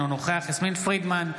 אינו נוכח יסמין פרידמן,